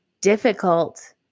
difficult